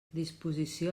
disposició